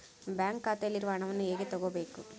Bank ಖಾತೆಯಲ್ಲಿರುವ ಹಣವನ್ನು ಹೇಗೆ ತಗೋಬೇಕು?